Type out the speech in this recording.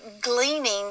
gleaning